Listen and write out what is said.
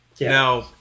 now